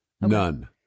none